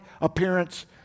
appearance